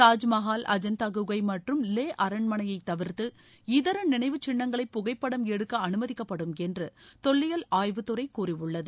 தாஜ்மஹால் அஜுந்தா குகை மற்றும் லே அரண்மனையை தவிர்த்து இதர நினைவுச் சின்னங்களை புகைப்படம் எடுக்க அனுமதிக்கப்படும் என்று தொல்லியல் ஆய்வுத்துறை கூறியுள்ளது